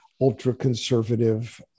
ultra-conservative